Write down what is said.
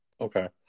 Okay